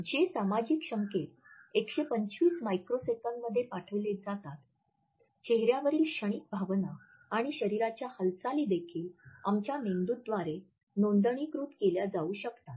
जे सामाजिक संकेत १२५ मायक्रोसेकंदमध्ये पाठविले जातात चेहऱ्यावरील क्षणिक भावना आणि शरीराच्या हालचाली देखील आमच्या मेंदूद्वारे नोंदणीकृत केल्या जाऊ शकतात